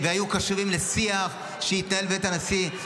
והיו קשובים לשיח שהתנהל בבית הנשיא.